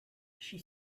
she